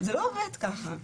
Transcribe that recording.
זה לא עובד ככה.